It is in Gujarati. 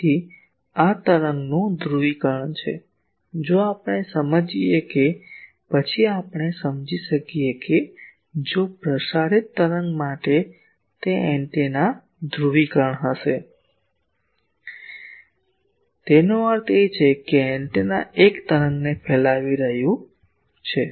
તેથી આ તરંગનું ધ્રુવીકરણ છે જો આપણે સમજીએ કે પછી આપણે સમજી શકીએ કે જો પ્રસારિત તરંગ માટે તે એન્ટેના ધ્રુવીકરણ હશે તેનો અર્થ એ કે એન્ટેના એક તરંગને ફેલાવી રહ્યું છે